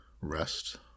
rest